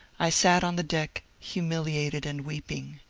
i sat on the deck humiliated and weeping.